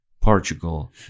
Portugal